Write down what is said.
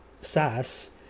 SaaS